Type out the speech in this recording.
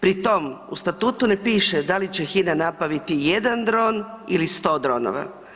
Pri tom u statutu ne piše da li će Hina napraviti jedan dron ili 100 dronova.